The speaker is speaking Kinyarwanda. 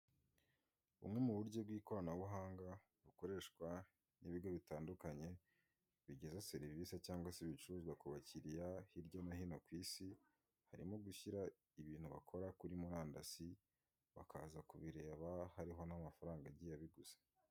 Bumwe mu buryo bw'ikoranabuhanga bukoreshwa n'ibigo bitandukanye, bigeza serivisi cyangwa se ibicuruzwa ku bakiriya hirya no hino ku isi, harimo gushyira ibintu bakora kuri murandasi, bakaza kubireba hariho n'amafaranga agiye abiguze.